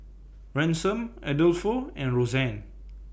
Ransom Adolfo and Rosanne